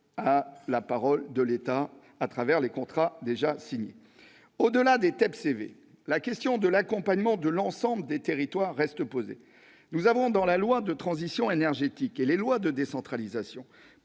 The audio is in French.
la parole de l'État dans le cadre des contrats déjà signés. Au-delà des TEPCV, la question de l'accompagnement de l'ensemble des territoires reste posée. Dans la loi relative à la transition énergétique et dans les lois de décentralisation,